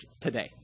today